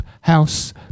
house